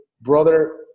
brother